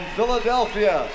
Philadelphia